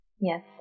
Yes